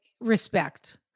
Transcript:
respect